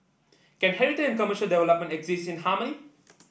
can heritage and commercial development exist in harmony